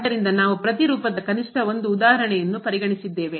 ಆದ್ದರಿಂದ ನಾವು ಪ್ರತಿ ರೂಪದ ಕನಿಷ್ಠ 1 ಉದಾಹರಣೆಯನ್ನು ಪರಿಗಣಿಸಿದ್ದೇವೆ